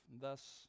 Thus